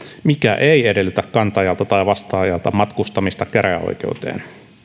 mikä ei edellytä kantajalta tai vastaajalta matkustamista käräjäoikeuteen